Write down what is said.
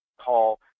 call